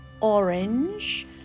orange